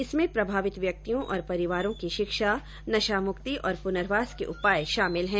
इसमें प्रभावित व्यक्तियों और परिवारों की शिक्षा नशामुक्ति और पुनर्वास के उपाय शामिल हैं